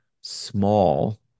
small